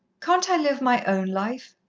can't i live my own life?